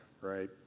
right